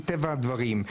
מטבע הדברים.